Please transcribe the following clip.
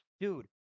dude